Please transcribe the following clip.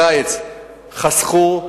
חסכו,